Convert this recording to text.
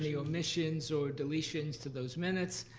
yeah omissions or deletions to those minutes?